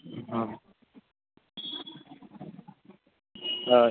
હ